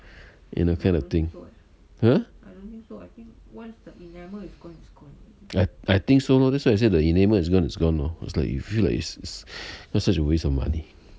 you know care the thing !huh! I think so lor that's why I say the enamel is gone it's gone lor you feel like it's it's such a waste of money